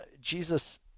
Jesus